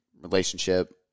relationship